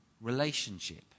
relationship